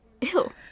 Ew